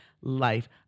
life